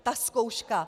Ta zkouška.